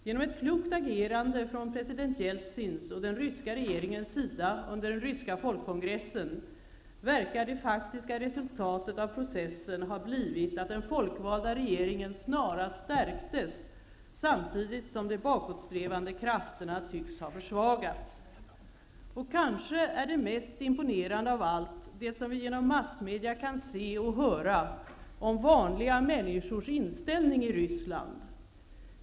Genom ett klokt agerande från president Jeltsins och den ryska regeringens sida under den ryska folkkongressen verkar det faktiska resultatet av processen vara att den folkvalda regeringen snarast stärktes samtidigt som de bakåtsträvande krafterna tycks ha försvagats. Det mest imponerande är kanske det vi med hjälp av massmedia kan se och höra, nämligen vanliga människors inställning i Ryssland.